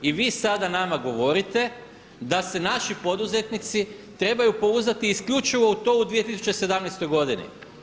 I vi sada nama govorite da se naši poduzetnici trebaju pouzdati isključivo u to u 2017. godini.